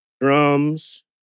Drums